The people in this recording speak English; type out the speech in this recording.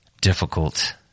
difficult